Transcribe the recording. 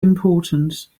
importance